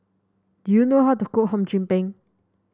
do you know how to cook Hum Chim Peng